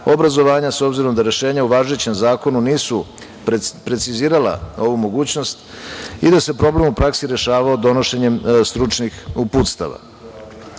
obrazovanja, s obzirom da rešenja u važećem zakonu nisu precizirala ovu mogućnost i da se problem u praksi rešavao donošenjem stručnih uputstava. Posebno